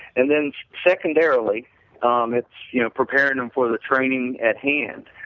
and then secondarily um it's you know preparing them for the training at hand.